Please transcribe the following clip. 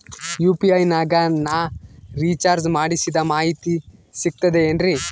UPI ನಾಗ ನಾ recharge ಮಾಡಿಸಿದ ಮಾಹಿತಿ ಸಿಕ್ತದೆ ಏನ್ರಿ?